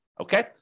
okay